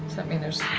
that mean there's.